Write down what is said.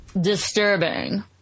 Disturbing